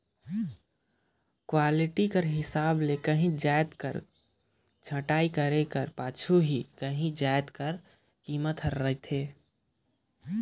quality कर हिसाब ले काहींच जाएत कर छंटई करे कर पाछू ही काहीं जाएत कर कीमेत हर रहथे